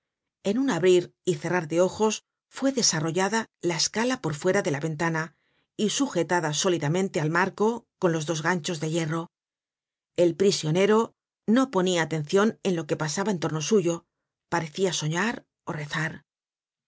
en un abrir y cerrar de ojos fue desarrollada la escala por fuera de la ventana y sujetada sólidamente al marco con los dos ganchos de hierro el prisionero no ponia atencion en lo que pasaba en torno suyo parecia soñar ó rezar